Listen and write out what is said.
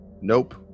Nope